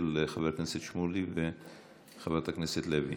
של חבר הכנסת שמולי וחברת הכנסת לוי.